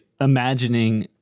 imagining